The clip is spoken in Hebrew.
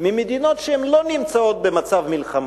ממדינות שהן לא נמצאות במצב מלחמה,